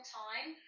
time